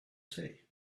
say